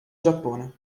giappone